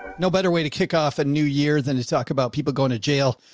no better way to kick off a new year than to talk about people going to jail.